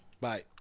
Bye